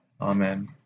Amen